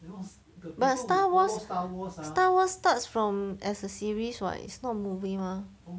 but star wars star wars starts from as a series [what] it's not movie mah